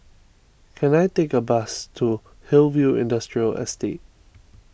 can I take a bus to Hillview Industrial Estate